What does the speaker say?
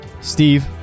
Steve